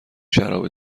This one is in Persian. شراب